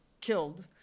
killed